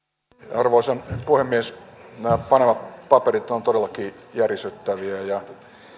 arvoisa puhemies nämä panama paperit ovat todellakin järisyttäviä ja